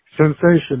sensation